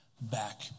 back